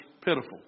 pitiful